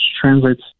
translates